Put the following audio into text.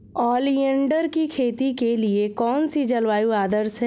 Oleander की खेती के लिए कौन सी जलवायु आदर्श है?